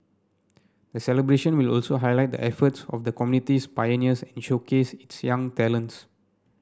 the celebration will also highlight the efforts of the community's pioneers and showcase its young talents